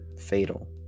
fatal